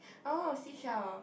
oh seashell